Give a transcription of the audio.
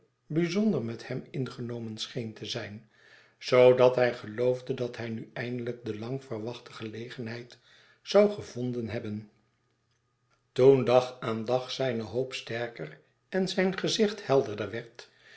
bijzonder met hem ingenomen scheen te zijn zoodat hij geloofde dat hij nu eindehjk de lang verwachte gelegenheid zou gevonden hebben toen dag aan dag zijne hoop sterker en zijn gezicht helderder werd